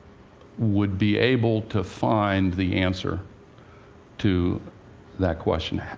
would be able to find the answer to that question.